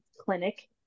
clinic